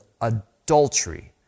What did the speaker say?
adultery